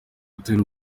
atera